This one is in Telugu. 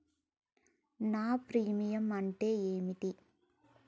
నా ప్రీమియం అంటే ఏమిటి?